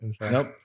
Nope